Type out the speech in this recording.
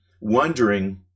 wondering